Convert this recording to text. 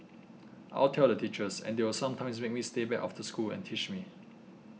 I'll tell the teachers and they will sometimes make me stay back after school and teach me